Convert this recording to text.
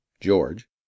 george